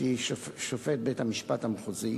שהוא שופט בית-המשפט המחוזי,